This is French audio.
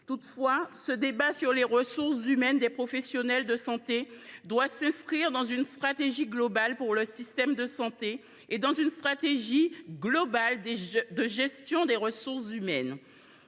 Toutefois, ce débat sur les ressources humaines des professionnels de santé doit s’inscrire dans une stratégie globale, à la fois pour le système de santé et en matière de gestion des ressources humaines.